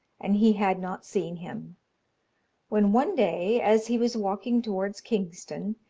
and he had not seen him when one day, as he was walking towards kingston,